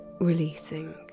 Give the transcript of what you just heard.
Releasing